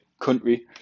country